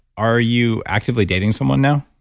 are you actively dating someone now?